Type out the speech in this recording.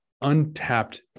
untapped